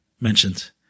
mentioned